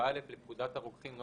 47א לפקודת הרוקחים ,